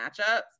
matchups